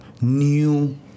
new